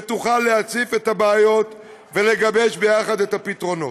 שתוכל להציף את הבעיות ולגבש יחד את הפתרונות.